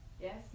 yes